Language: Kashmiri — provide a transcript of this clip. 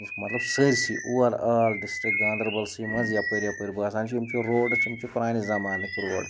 مطلب سٲرۍسٕے اوٚوَرآل ڈِسٹِرٛک گاندَربَلسٕے منٛز یَپٲرۍ یَپٲرۍ باسان چھِ یِم چھِ روڈٕز یِم چھِ پرٛانہِ زمانٕکۍ روڈ